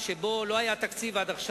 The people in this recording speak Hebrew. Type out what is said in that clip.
מי בעד?